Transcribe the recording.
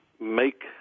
make